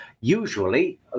Usually